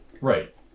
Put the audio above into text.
Right